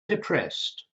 depressed